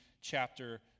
chapter